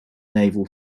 naval